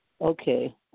Okay